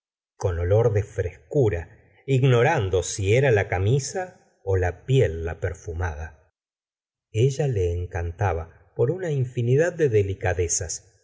con olor de frescura ignorando si era la camisa la piel la perfumada ella le encantaba por una infinidad de delicadezas